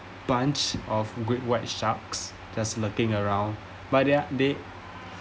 bunch of great white sharks just looking around but they're they